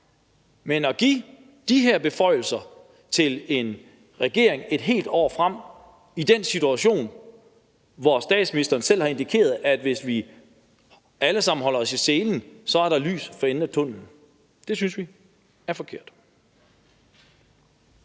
men at give de her beføjelser til en regering et helt år frem i tiden i en situation, hvor statsministeren selv har indikeret, at hvis vi alle sammen holder os i selen, er der lys for enden af tunnelen, synes vi er forkert.